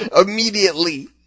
Immediately